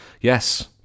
Yes